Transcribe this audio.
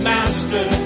Master